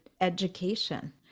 education